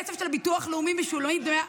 לא מהכסף של ביטוח לאומי משולמים דמי,